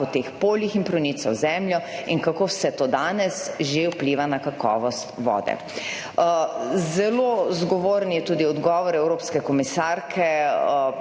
po teh poljih in pronica v zemljo in kako vse to danes že vpliva na kakovost vode. Zelo zgovoren je tudi odgovor evropske komisarke